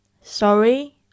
Sorry